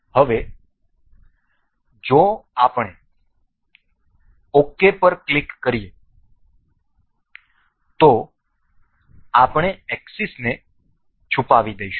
હવે જો આપણે ok પર ક્લિક કરીએ તો આપણે એક્સિસને છુપાવીશું